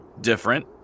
different